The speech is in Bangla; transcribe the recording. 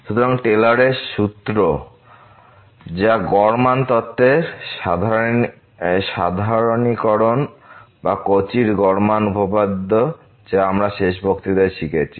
সুতরাং এই টেলরের সূত্র Taylor's formula যা গড় মান তত্ত্বের সাধারণীকরণ বা কচি'র গড় মান উপপাদ্য Cauchys mean value theorem যা আমরা শেষ বক্তৃতায় শিখেছি